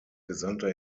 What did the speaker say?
gesandter